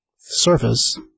surface